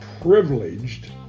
privileged